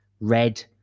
red